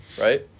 right